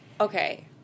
Okay